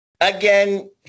again